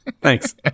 Thanks